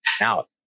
out